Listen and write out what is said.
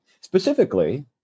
specifically